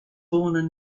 born